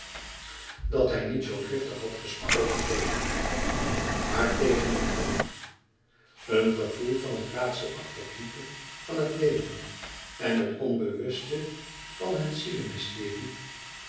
dat hij niet zoo driftig had gesproken tegen haar maar tegen een ander een gevoel van het raadselachtig diepe van het leven en het onbewuste van het